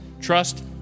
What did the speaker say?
Trust